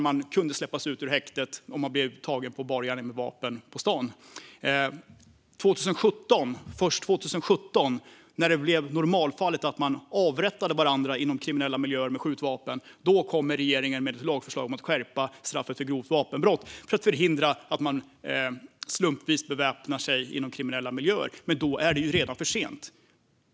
Man kunde släppas ut ur häktet om man blev tagen på bar gärning med vapen på stan. Först år 2017, när normalfallet blev att man avrättade varandra inom kriminella miljöer med skjutvapen, kom regeringen med ett lagförslag om att skärpa straffet för grovt vapenbrott för att förhindra att man slumpvis beväpnar sig inom kriminella miljöer. Men då var det redan för sent.